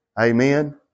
Amen